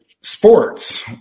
sports